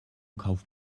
kauft